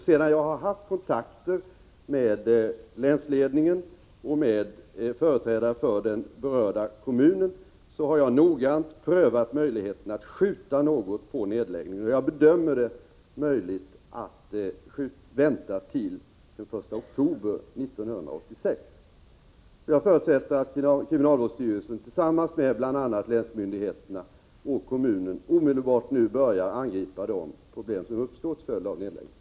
Sedan jag har haft kontakter med länsledningen och med företrädare för den berörda kommunen har jag emellertid noggrant prövat möjligheterna att skjuta något på nedläggningen, och jag bedömer det möjligt att vänta till den 1 oktober 1986. Jag förutsätter nu att kriminalvårdsstyrelsen tillsammans med bl.a. länsmyndigheterna och kommunen omedelbart börjar angripa de problem som uppstår till följd av nedläggningen.